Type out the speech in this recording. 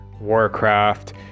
warcraft